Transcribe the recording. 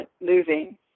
moving